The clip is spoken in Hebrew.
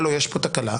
הלו יש פה תקלה,